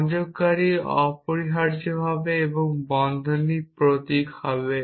সংযোগকারী অপরিহার্যভাবে এবং বন্ধনী প্রতীক হবে